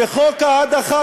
וחוק ההדחה,